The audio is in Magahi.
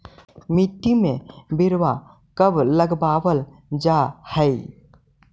मिट्टी में बिरवा कब लगावल जा हई?